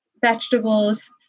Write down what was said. vegetables